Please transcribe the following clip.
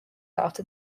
after